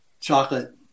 chocolate